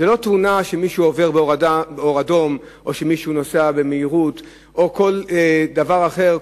זו לא תאונה שמישהו עובר באור אדום או שמישהו נוסע במהירות או דבר אחר,